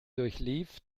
durchlief